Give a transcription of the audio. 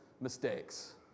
mistakes